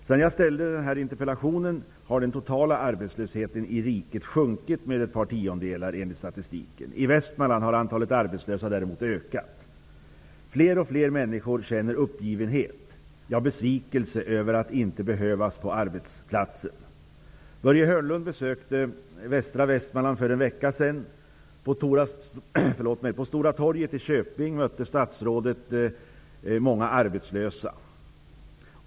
Sedan jag framställde interpellationen har den totala arbetslösheten i riket sjunkit med ett par tiondelar, enligt statistiken. I Västmanland har antalet arbetslösa däremot ökat. Fler och fler människor känner uppgivenhet, ja, besvikelse över att inte behövas på arbetsplatsen. Börje Hörnlund besökte västra Västmanland för en vecka sedan. På Stora torget i Köping mötte statsrådet många arbetslösa.